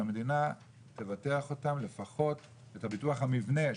שהמדינה תבטח אותם לפחות את ביטוח המבנה,